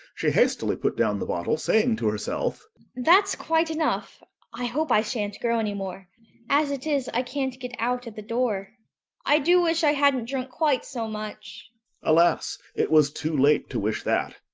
she hastily put down the bottle, saying to herself that's quite enough i hope i shan't grow any more as it is, i can't get out at the door i do wish i hadn't drunk quite so much alas! it was too late to wish that!